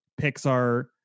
Pixar